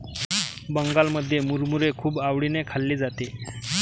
बंगालमध्ये मुरमुरे खूप आवडीने खाल्ले जाते